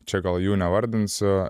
čia gal jų nevardinsiu